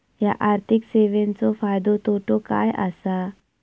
हया आर्थिक सेवेंचो फायदो तोटो काय आसा?